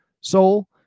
Soul